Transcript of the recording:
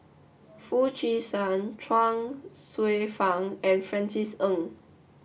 Foo Chee San Chuang Hsueh Fang and Francis Ng